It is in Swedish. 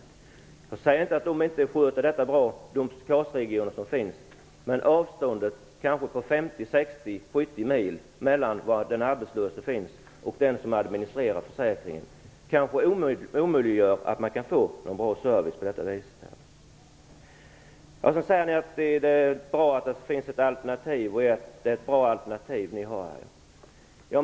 Jag säger inte att de inte sköter sin uppgift bra i de basregioner som finns, men avståndet på kanske 50 - 70 mil mellan den arbetslöse och den som administrerar försäkringen kanske omöjliggör en bra service. Ni säger vidare att det är bra att det finns ett alternativ och att detta alternativ är bra.